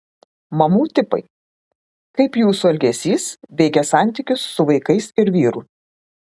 mamų tipai kaip jūsų elgesys veikia santykius su vaikais ir vyru